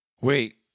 Wait